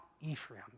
Ephraim